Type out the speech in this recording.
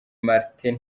martin